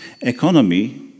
Economy